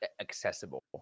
accessible